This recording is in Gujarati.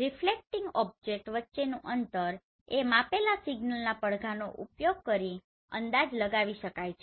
રિફ્લેક્ટીંગ ઓબ્જેક્ટ વચ્ચેનું અંતર એ માપેલા સિગ્નલના પડઘાનો ઉપયોગ કરીને અંદાજ લગાવી શકાય છે